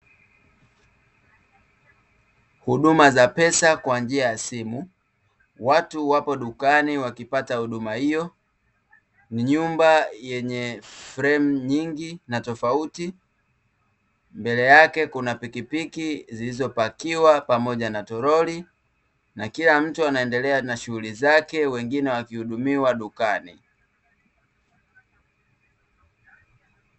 Huduma za pesa kwa njia ya simu, watu wapo dukani wakipata huduma hiyo. Ni nyumba yenye fremu nyingi na tofauti, mbele yake kuna pikipiki zilizopakiwa pamoja na toroli. Na kila mtu anaendelea na shughuli zake, wengine wakihudumiwa dukani.